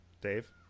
Dave